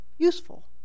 useful